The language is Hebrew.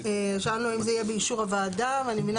שאלנו אם זה יהיה באישור הוועדה ואני מבינה